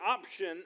option